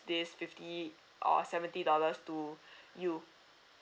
this fifty or seventy dollars to you